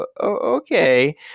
okay